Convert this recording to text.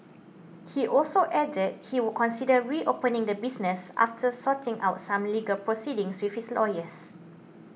he also added he would consider reopening the business after sorting out some legal proceedings lawyers